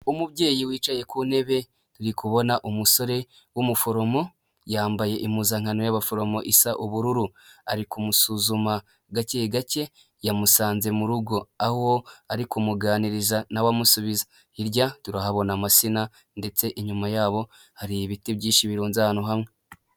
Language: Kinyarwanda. Umubyeyi wicaye ku ntebe turikubona umusore w'umuforomo yambaye impuzankano y'abaforomo isa ubururu. Ari kumusuzuma gake gake yamusanze mu rugo, aho ari kumuganiriza nawe amusubiza. Hirya turahabona amasina, ndetse inyuma yabo hari ibiti byinshi birunze ahantu hamwe.